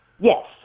Yes